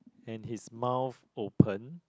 and his mouth open